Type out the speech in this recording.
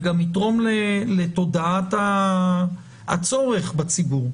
זה גם יתרום לתודעת הצורך בציבור.